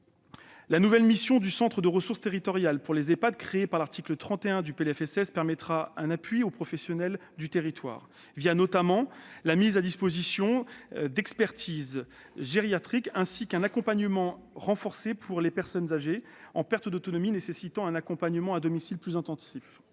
La nouvelle mission de centre de ressources territorial pour les Ehpad, créée à l'article 31 de ce PLFSS, apportera un appui aux professionnels du territoire, notamment la mise à disposition d'expertise gériatrique, ainsi qu'un accompagnement renforcé pour les personnes âgées en perte d'autonomie nécessitant un accompagnement à domicile intensif.